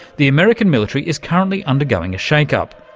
the american military is currently undergoing a shake-up.